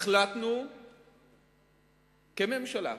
החלטנו בממשלה